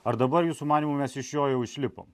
ar dabar jūsų manymu mes iš jo jau išlipom